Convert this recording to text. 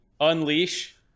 unleash